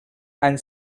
and